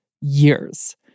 years